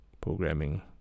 programming